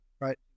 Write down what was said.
right